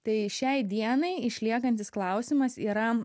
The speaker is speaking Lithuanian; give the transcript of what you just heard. tai šiai dienai išliekantis klausimas yra